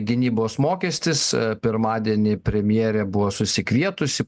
gynybos mokestis pirmadienį premjerė buvo susikvietusi